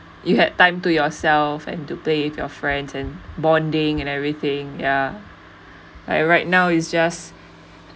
you had time to yourself and to play with your friends and bonding and everything ya but right now is just